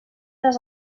les